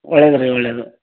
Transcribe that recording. ಒಳ್ಳೆಯದು ರೀ ಒಳ್ಳೆಯದು